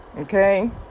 okay